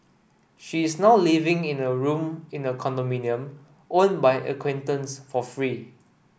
she is now living in a room in a condominium own by acquaintance for free